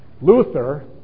Luther